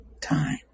time